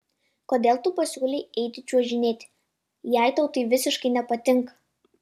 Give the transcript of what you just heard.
kodėl tu pasiūlei eiti čiuožinėti jei tau tai visiškai nepatinka